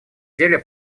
деле